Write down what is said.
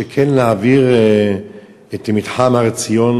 כן להעביר את מתחם הר-ציון,